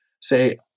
say